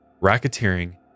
racketeering